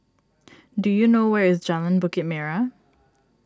do you know where is Jalan Bukit Merah